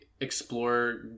explore